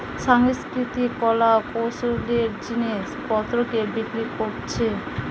সাংস্কৃতিক কলা কৌশলের জিনিস পত্রকে বিক্রি কোরছে